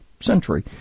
century